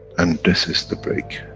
and this is the break,